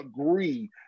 agree